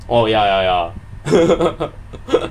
orh ya ya ya